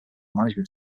management